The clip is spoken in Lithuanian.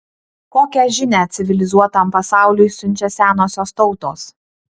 kokią žinią civilizuotam pasauliui siunčia senosios tautos